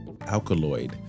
alkaloid